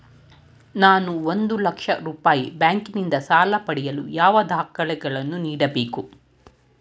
ನಾನು ಒಂದು ಲಕ್ಷ ರೂಪಾಯಿ ಬ್ಯಾಂಕಿನಿಂದ ಸಾಲ ಪಡೆಯಲು ಯಾವ ದಾಖಲೆಗಳನ್ನು ನೀಡಬೇಕು?